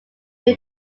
due